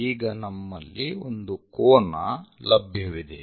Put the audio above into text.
ಈಗ ನಮ್ಮಲ್ಲಿ ಒಂದು ಕೋನ ಲಭ್ಯವಿದೆ